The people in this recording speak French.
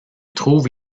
trouve